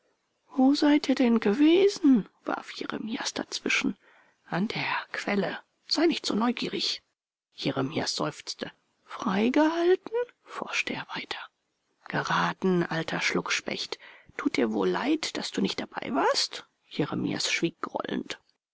wo seid ihr denn gewesen warf jeremias dazwischen an der quelle sei nicht so neugierig jeremias seufzte freigehalten forschte er weiter geraten alter schluckspecht tut dir wohl leid daß du nicht dabei warst jeremias schwieg grollend